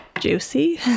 Juicy